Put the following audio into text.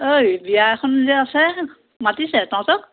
ঐ বিয়া এখন যে আছে মাতিছে তহঁতক